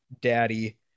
daddy